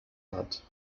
hat